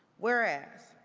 whereas,